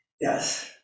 Yes